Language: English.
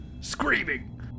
Screaming